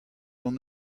hon